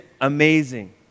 amazing